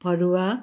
फरुवा